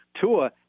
Tua